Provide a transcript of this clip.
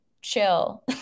chill